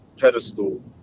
pedestal